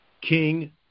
King